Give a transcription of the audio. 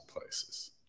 places